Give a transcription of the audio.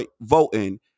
voting